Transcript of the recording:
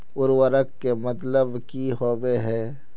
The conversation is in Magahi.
उर्वरक के मतलब की होबे है?